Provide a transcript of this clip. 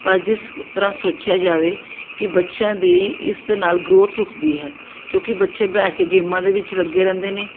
ਪਰ ਜਿਸ ਕ ਤਰ੍ਹਾਂ ਸੋਚਿਆ ਜਾਵੇ ਕਿ ਬੱਚਿਆਂ ਦੀ ਇਸ ਦੇ ਨਾਲ ਗਰੋਥ ਰੁੱਕ ਗਈ ਹੈ ਕਿਉਂਕਿ ਬੱਚੇ ਬੈਠ ਕੇ ਗੇਮਾਂ ਦੇ ਵਿੱਚ ਲੱਗੇ ਰਹਿੰਦੇ ਨੇ